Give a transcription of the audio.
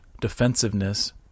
defensiveness